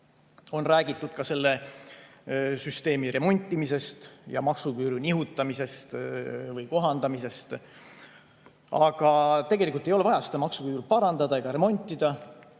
On räägitud ka selle süsteemi remontimisest ja maksuküüru nihutamisest või kohandamisest. Aga tegelikult ei ole vaja seda maksuküüru parandada ega remontida,